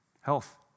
Health